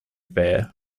fair